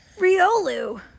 Riolu